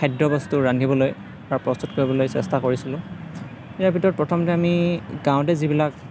খাদ্যবস্তু ৰান্ধিবলৈ বা প্ৰস্তুত কৰিবলৈ চেষ্টা কৰিছিলোঁ ইয়াৰ ভিতৰত প্ৰথমতে আমি গাঁৱতে যিবিলাক